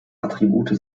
attribute